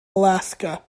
alaska